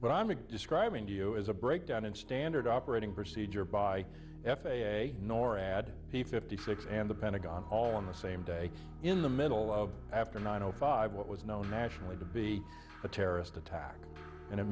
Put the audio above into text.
but i'm a describing you as a breakdown in standard operating procedure by f a a norad the fifty six and the pentagon all on the same day in the middle of after nine o five what was known nationally to be a terrorist attack and it